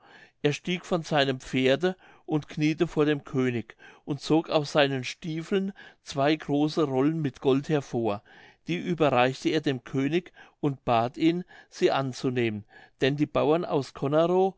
er stieg von seinem pferde und kniete vor dem könig und zog aus seinen stiefeln zwei große rollen mit gold hervor die überreichte er dem könig und bat ihn sie anzunehmen denn die bauern aus